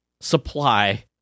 supply